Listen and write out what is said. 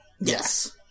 Yes